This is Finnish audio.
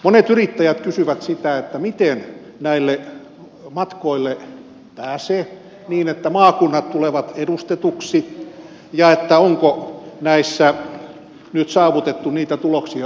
monet yrittäjät kysyvät sitä miten näille matkoille pääsee niin että maakunnat tulevat edustetuksi ja onko näissä nyt saavutettu niitä tuloksia joita on toivottu